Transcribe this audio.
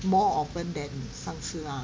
more often than 上次啦